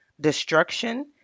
destruction